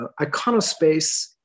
Iconospace